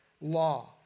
law